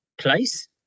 place